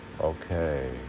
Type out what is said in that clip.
Okay